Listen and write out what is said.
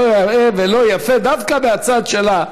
לא יאה ולא יפה, דווקא מהצד שלה.